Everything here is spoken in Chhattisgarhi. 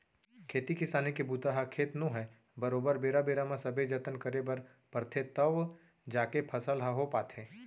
खेती किसानी के बूता ह खेत नो है बरोबर बेरा बेरा म सबे जतन करे बर परथे तव जाके फसल ह हो पाथे